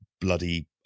bloody